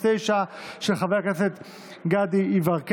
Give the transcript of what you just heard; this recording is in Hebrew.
של חברי הכנסת טיבי וסעדי,